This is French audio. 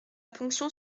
ponction